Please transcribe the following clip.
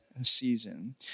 season